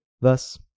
Thus